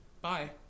bye